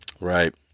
Right